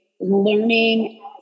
learning